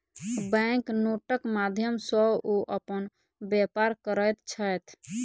bank नोटक माध्यम सॅ ओ अपन व्यापार करैत छैथ